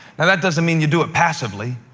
and that doesn't mean you do it passively,